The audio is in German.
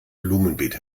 blumenbeet